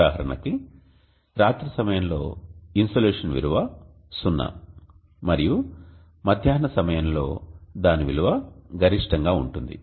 ఉదాహరణకు రాత్రి సమయంలో ఇన్సోలేషన్ విలువ 0 మరియు మధ్యాహ్నం సమయంలో దాని విలువ గరిష్టంగా ఉంటుంది